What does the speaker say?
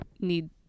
need